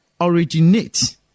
originate